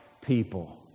people